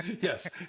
Yes